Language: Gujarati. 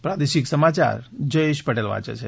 પ્રાદેશિક સમાચાર જયેશ પટેલ વાંચે છે